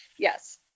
Yes